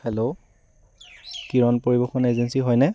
hello Kiran পৰিবহণ agency হয় নে